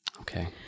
Okay